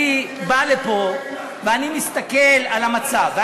אני בא לפה ואני מסתכל על המצב.